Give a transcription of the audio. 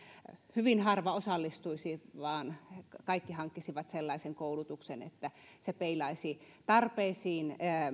hyvin harva osallistuisi ja kaikki hankkisivat sellaisen koulutuksen että se peilaisi niihin tarpeisiin